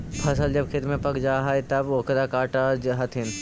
फसल जब खेत में पक जा हइ तब ओकरा काटऽ हथिन